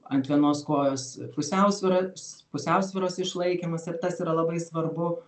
ant vienos kojos pusiausvyros pusiausvyros išlaikymas ir tas yra labai svarbu